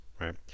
Right